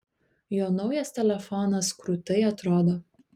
jo naujas telefonas krūtai atrodo